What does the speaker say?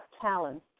Talent